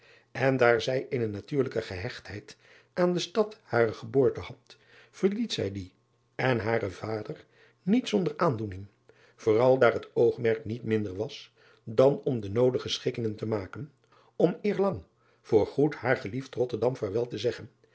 en daar zij eene natuurlijke gehechtheid aan de stad harer geboorte had verliet zij die en haren vader niet zonder aandoening vooral daar het oogmerk niet minder was dan om de noodige schikkingen te maken om eerlang voor goed haar geliefd otterdam vaarwel te zeggen